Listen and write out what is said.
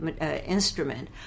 instrument